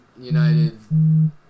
united